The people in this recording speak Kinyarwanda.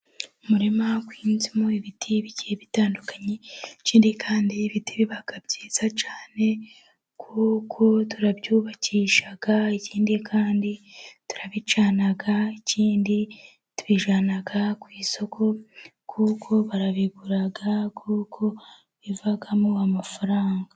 Umurima uhinzemo ibiti bigiye bitandukanye. Ikindi kandi ibiti biba byiza cyane kuko turabyubakisha, ikindi kandi turabicana, ikindi tubijyana ku isoko, kuko barabigura kuko bivamo amafaranga.